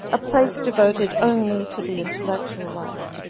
a place devoted only to the intellectual life.